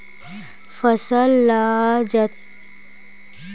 फसल ल सजोर बनाए बर जतके खातू डारबे बन ह ओतके भोगाथे